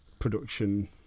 production